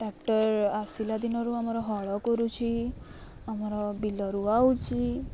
tractor ଆସିଲା ଦିନରୁ ଆମର ହଳ କରୁଛି ଆମର ବିଲ ରୁଆଉଛି